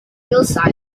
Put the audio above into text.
hillside